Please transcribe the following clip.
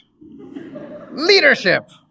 leadership